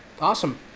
awesome